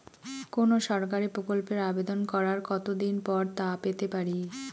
কোনো সরকারি প্রকল্পের আবেদন করার কত দিন পর তা পেতে পারি?